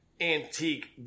antique